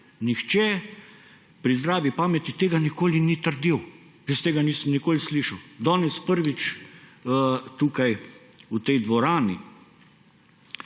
nihče pri zdravi pameti tega nikoli ni trdil. Jaz tega nisem nikoli slišal. Danes prvič tukaj, v tej dvorani.